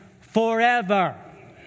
forever